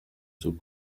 sul